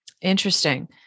Interesting